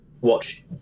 watch